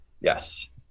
Yes